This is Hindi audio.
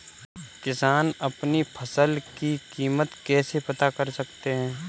किसान अपनी फसल की कीमत कैसे पता कर सकते हैं?